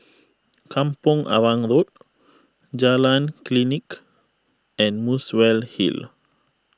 Kampong Arang Road Jalan Klinik and Muswell Hill